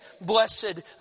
blessed